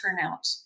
turnout